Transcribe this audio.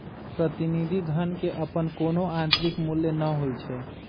प्रतिनिधि धन के अप्पन कोनो आंतरिक मूल्य न होई छई